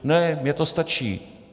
Ne, mně to stačí.